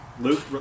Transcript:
Luke